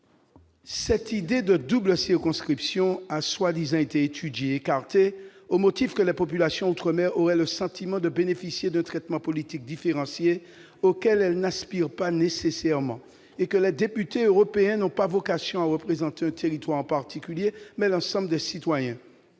Cette idée de double circonscription a été prétendument étudiée, puis écartée au motif que les populations d'outre-mer auraient le sentiment de bénéficier d'un traitement politique différencié auquel elles n'aspirent pas nécessairement et que les députés européens n'ont pas vocation à représenter un territoire en particulier, mais l'ensemble des citoyens.